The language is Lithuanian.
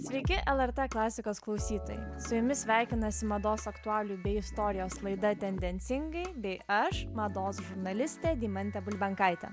sveiki lrt klasikos klausytojai su jumis sveikinasi mados aktualijų bei istorijos laida tendencingai bei aš mados žurnalistė deimantė bulbenkaitė